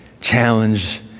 challenge